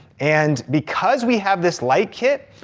and because we have this light kit,